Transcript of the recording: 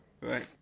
Right